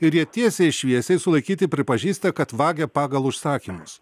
ir jie tiesiai šviesiai sulaikyti pripažįsta kad vagia pagal užsakymus